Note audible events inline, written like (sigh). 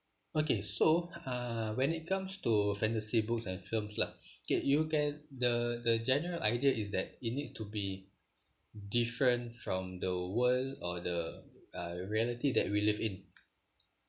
okay so ah when it comes to fantasy books and films lah (breath) okay you get the the general idea is that it needs to be different from the world or the uh reality that we live in (noise)